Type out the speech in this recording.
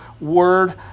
word